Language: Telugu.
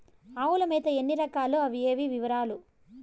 ఆవుల మేత ఎన్ని రకాలు? అవి ఏవి? వివరాలు?